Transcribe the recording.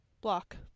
Block